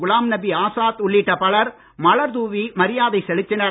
குலாம் நபி ஆசாத் உள்ளிட்ட பலர் மலர் தூவி மரியாதை செலுத்தினர்